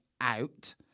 out